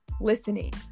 listening